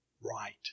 right